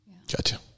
Gotcha